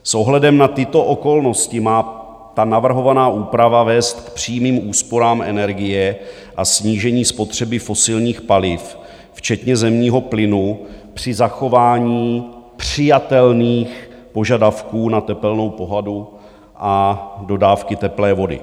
S ohledem na tyto okolnosti má navrhovaná úprava vést k přímým úsporám energie a snížení spotřeby fosilních paliv včetně zemního plynu při zachování přijatelných požadavků na tepelnou pohodu a dodávky teplé vody.